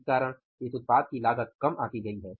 इस कारण इस उत्पाद की लागत कम आंकी गई है